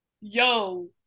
yo